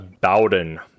Bowden